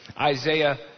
Isaiah